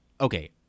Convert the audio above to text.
okay